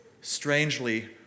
Strangely